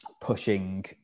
pushing